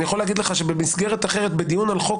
אני יכול להגיד לך שבמסגרת אחרת בדיון על חוק